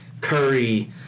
Curry